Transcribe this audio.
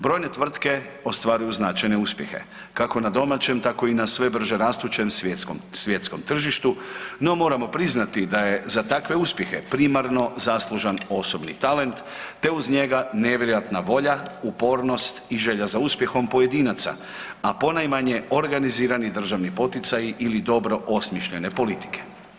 Brojne tvrtke ostvaruju značajne uspjehe, kako na domaćem tako i na sve brže rastućem svjetskom tržištu, no moramo priznati da je za takve uspjehe primarno zaslužan osobni talent te uz njega nevjerojatna volja, upornost i želja za uspjehom pojedinaca, a ponajmanje organizirani državni poticaji ili dobro osmišljene politike.